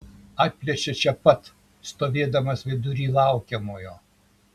atplėšia čia pat stovėdamas vidury laukiamojo